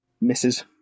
misses